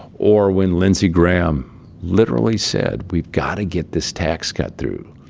or when lindsey graham literally said, we've got to get this tax cut through,